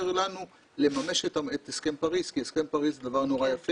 לנו לממש את הסכם פריז כי הסכם פריז הוא דבר מאוד יפה